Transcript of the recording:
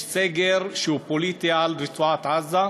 יש סגר שהוא פוליטי על רצועת-עזה,